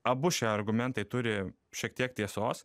abu šie argumentai turi šiek tiek tiesos